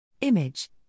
Image